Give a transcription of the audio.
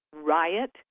riot